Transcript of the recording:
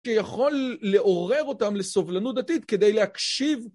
כי יכול לעורר אותם לסובלנות דתית כדי להקשיב.